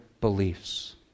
beliefs